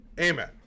Amen